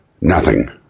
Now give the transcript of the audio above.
Nothing